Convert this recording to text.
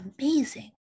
amazing